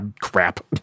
crap